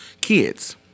kids